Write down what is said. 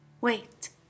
Wait